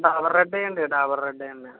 Dabur red వేయండి Dabur red వేయండి